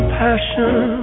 passion